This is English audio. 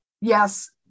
Yes